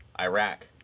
Iraq